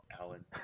Alan